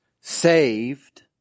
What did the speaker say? Saved